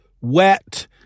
wet